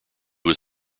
was